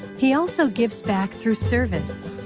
he also gives back through service.